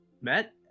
met